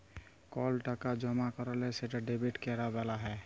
call টাকা জমা ক্যরলে সেটা ডেবিট ক্যরা ব্যলা হ্যয়